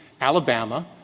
Alabama